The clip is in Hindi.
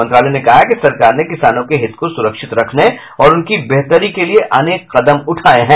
मंत्रालय ने कहा है कि सरकार ने किसानों के हित को सुरक्षित रखने और उनकी बेहतरी के लिये अनेक कदम उठाये हैं